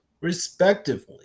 respectively